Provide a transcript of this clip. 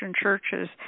churches